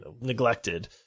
neglected